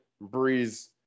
Breeze